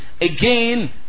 Again